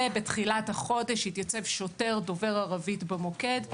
ובתחילת חודש התייצב שוטר דובר ערבית במוקד.